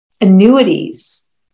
annuities